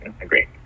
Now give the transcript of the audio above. agree